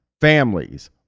families